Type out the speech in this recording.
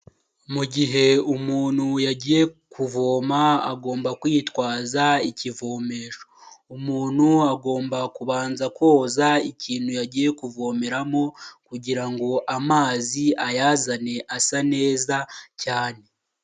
Mu gihe umuntu yagiye kuvoma agomba kwitwaza ikivomesho, umuntu agomba kubanza koza ikintu yagiye kuvomeramo, kugirango ngo amazi ayazane asa neza cyane.